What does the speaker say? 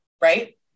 right